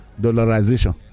dollarization